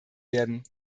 werden